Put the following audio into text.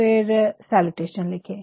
फिर सैलूटेशन लिखे